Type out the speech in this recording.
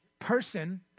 person